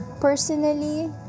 Personally